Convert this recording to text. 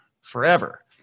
forever